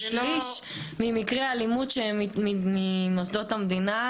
כי שליש ממקרי האלימות ממוסדות המדינה,